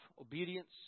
obedience